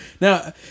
Now